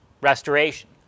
restoration